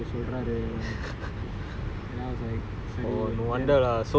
err and then ya lah then I told her like அந்தமாரி சொல்றாரு:anthamaari solraaru and all